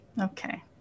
Okay